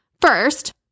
first